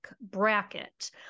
bracket